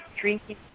drinking